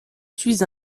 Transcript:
suis